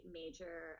major